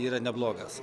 yra neblogas